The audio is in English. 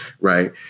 Right